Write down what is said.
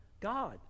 God